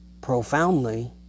profoundly